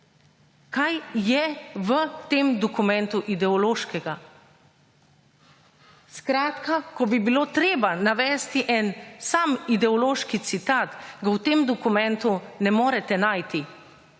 Kaj je v tem dokumentu ideološkega? Skratka, ko bi bilo treba navesti en sam ideološki citat, ga v tem dokumentu ne morete najti,